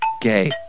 Gay